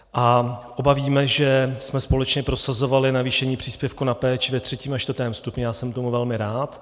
A oba víme, že jsme společně prosazovali navýšení příspěvku na péči ve třetím a čtvrtém stupni, já jsem tomu velmi rád.